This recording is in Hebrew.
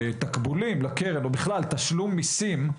תקבולים לקרן או בכלל תשלום מיסים,